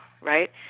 right